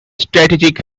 strategic